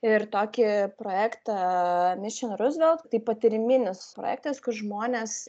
ir tokį projektą mišin ruzvelt tai patyriminis projektas kur žmonės